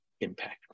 impact